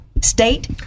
state